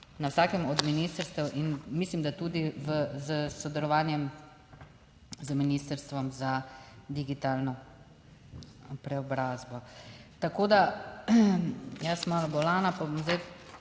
na vsakem od ministrstev in mislim, da tudi s sodelovanjem z Ministrstvom za digitalno preobrazbo. Tako da, jaz sem malo bolna, pa bom zdaj